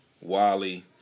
Wally